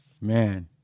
Man